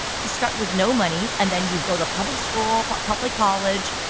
you start with no money and then you go to public school, but public college,